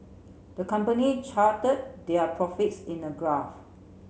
the company charted their profits in a graph